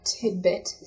tidbit